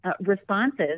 responses